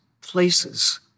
places